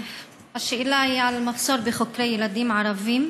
השאלה היא על מחסור בחוקרי ילדים ערבים,